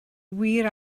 wir